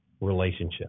relationship